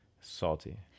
salty